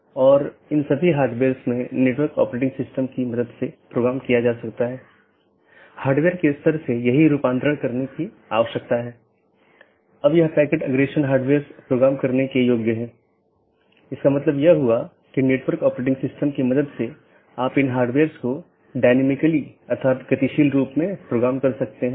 यह एक चिन्हित राउटर हैं जो ऑटॉनमस सिस्टमों की पूरी जानकारी रखते हैं और इसका मतलब यह नहीं है कि इस क्षेत्र का सारा ट्रैफिक इस क्षेत्र बॉर्डर राउटर से गुजरना चाहिए लेकिन इसका मतलब है कि इसके पास संपूर्ण ऑटॉनमस सिस्टमों के बारे में जानकारी है